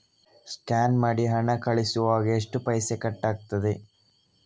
Scan ಮಾಡಿ ಹಣ ಕಳಿಸುವಾಗ ಎಷ್ಟು ಪೈಸೆ ಕಟ್ಟಾಗ್ತದೆ?